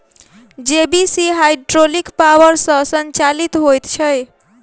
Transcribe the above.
JCB hydraulic power सॅ संचालित होइत छै